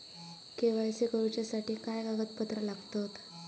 KYC करूच्यासाठी काय कागदपत्रा लागतत?